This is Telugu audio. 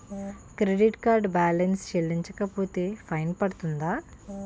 క్రెడిట్ కార్డ్ బాలన్స్ చెల్లించకపోతే ఫైన్ పడ్తుంద?